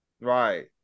Right